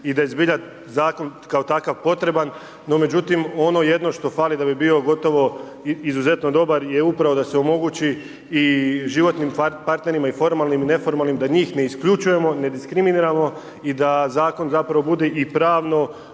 i da je zbilja zakon kao takav potreban no međutim ono jedno što fali da bi bio gotovo izuzetno dobar je upravo da se omogući i životnim partnerima i formalnim i neformalnim da njih ne isključujemo, ne diskriminiramo i da zakon zapravo bude i pravno